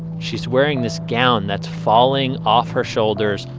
she's wearing this gown that's falling off her shoulders.